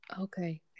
Okay